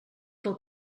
del